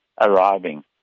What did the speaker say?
arriving